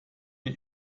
mir